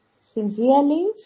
Sincerely